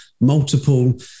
multiple